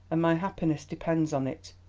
and my happiness depends on it.